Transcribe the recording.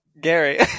Gary